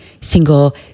single